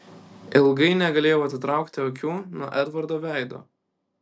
ilgai negalėjau atitraukti akių nuo edvardo veido